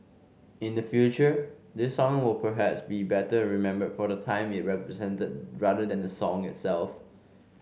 in the future this song will perhaps be better remembered for the time it represented rather than the song itself